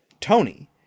Tony